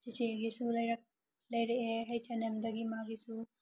ꯆꯤꯆꯦꯒꯤꯁꯨ ꯂꯩꯔꯛꯑꯦ ꯍꯩꯁ ꯑꯦꯟ ꯑꯦꯝꯗꯒꯤ ꯃꯥꯒꯤꯁꯨ